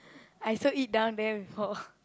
I also eat down there before